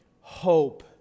hope